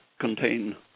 contain